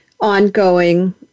ongoing